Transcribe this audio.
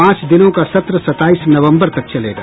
पांच दिनों का सत्र सताईस नवम्बर तक चलेगा